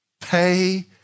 pay